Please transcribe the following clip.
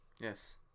Yes